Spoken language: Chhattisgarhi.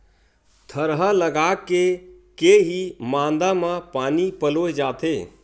थरहा लगाके के ही मांदा म पानी पलोय जाथे